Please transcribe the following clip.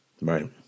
Right